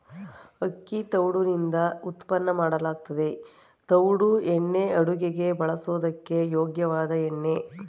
ಅಕ್ಕಿ ತವುಡುನಿಂದ ಉತ್ಪನ್ನ ಮಾಡಲಾಗ್ತದೆ ತವುಡು ಎಣ್ಣೆ ಅಡುಗೆಗೆ ಬಳಸೋದಕ್ಕೆ ಯೋಗ್ಯವಾದ ಎಣ್ಣೆ